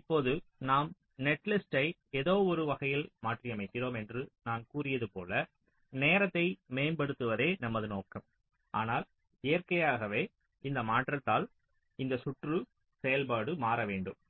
இப்போது நாம் நெட்லிஸ்ட்டை ஏதோவொரு வகையில் மாற்றியமைக்கிறோம் என்று நான் கூறியது போல நேரத்தை மேம்படுத்துவதே நமது நோக்கம் ஆனால் இயற்கையாகவே இந்த மாற்றத்தால் இந்த சுற்று செயல்பாடு மாற வேண்டும்